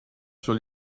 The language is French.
sur